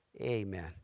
amen